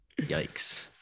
yikes